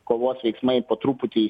kovos veiksmai po truputį